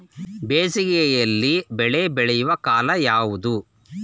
ಬೇಸಿಗೆ ಯಲ್ಲಿ ಬೆಳೆ ಬೆಳೆಯುವ ಕಾಲ ಯಾವುದು?